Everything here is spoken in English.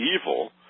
evil